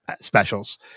specials